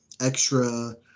extra